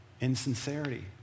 Insincerity